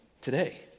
today